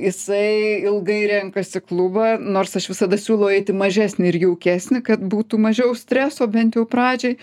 jisai ilgai renkasi klubą nors aš visada siūlau eit į mažesnį ir jaukesnį kad būtų mažiau streso bent jau pradžioj